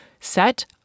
Set